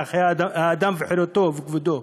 לערכי האדם וחירותו וכבודו.